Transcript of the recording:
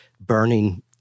burning